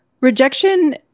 Rejection